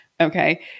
okay